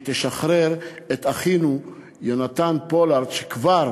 ותשחרר את אחינו יונתן פולארד, שכבר